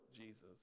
Jesus